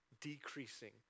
decreasing